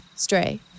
Stray